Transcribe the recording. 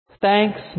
thanks